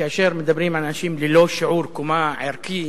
כאשר מדברים על אנשים ללא שיעור קומה ערכי,